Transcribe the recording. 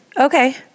Okay